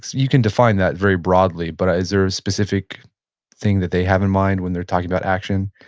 you can define that very broadly, but is there a specific thing that they have in mind when they're talking about action?